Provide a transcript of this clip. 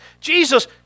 Jesus